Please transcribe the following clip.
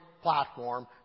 platform